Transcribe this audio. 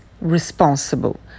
responsible